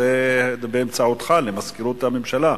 זה באמצעותך למזכירות הממשלה.